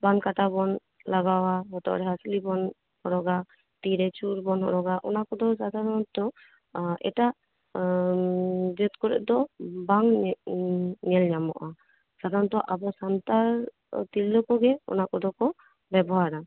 ᱯᱟᱱ ᱠᱟᱴᱟ ᱵᱚᱱ ᱞᱟᱜᱟᱣᱟ ᱦᱚᱴᱚᱜ ᱨᱮ ᱦᱟᱺᱥᱞᱤ ᱵᱚᱱ ᱦᱚᱨᱚᱜᱟ ᱛᱤᱨᱮ ᱪᱩᱲᱤ ᱵᱚᱱ ᱦᱚᱨᱚᱜᱟ ᱚᱱᱟ ᱠᱚᱫᱚ ᱥᱟᱫᱷᱟᱨᱚᱱᱛᱚ ᱮᱴᱟᱜ ᱡᱟᱹᱛ ᱠᱚᱨᱮᱫᱚ ᱵᱟᱝ ᱧᱮᱞ ᱧᱮᱞ ᱧᱟᱢᱚᱜᱼᱟ ᱥᱟᱫᱷᱟᱨᱚᱱᱛᱚ ᱟᱵᱚ ᱥᱟᱱᱛᱟᱞ ᱛᱤᱨᱞᱟᱹ ᱠᱚᱜᱮ ᱚᱱᱟ ᱠᱚᱫᱚ ᱠᱚ ᱵᱮᱵᱚᱦᱟᱨᱟ